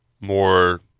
more